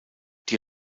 die